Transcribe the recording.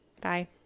Bye